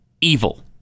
evil